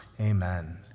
Amen